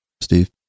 Steve